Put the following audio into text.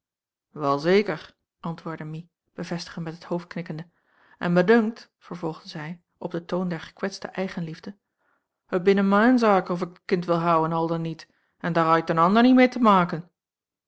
wel zeker antwoordde mie bevestigend met het hoofd knikkende en me dunkt vervolgde zij op den toon der gekwetste eigenliefde het binnen main zaken of ik het kind wil houen al dan niet en dair hait een ander niet meê te maken